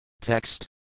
Text